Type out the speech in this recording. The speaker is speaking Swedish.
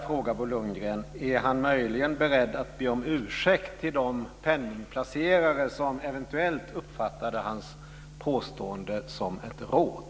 Är Bo Lundgren möjligen beredd att be de penningplacerare om ursäkt som eventuellt uppfattade hans påstående som ett råd?